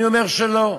אני אומר שלא.